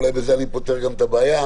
אולי בזה אני פותר גם את הבעיה,